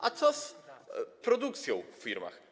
A co z produkcją w firmach?